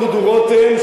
דודו רותם,